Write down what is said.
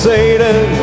Satan